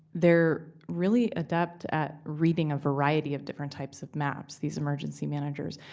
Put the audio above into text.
they're really adept at reading a variety of different types of maps, these emergency managers.